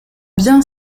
bien